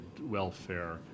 welfare